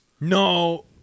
No